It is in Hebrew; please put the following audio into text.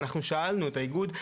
אנחנו שאלנו את האיגוד,